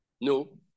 No